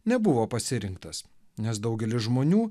nebuvo pasirinktas nes daugelis žmonių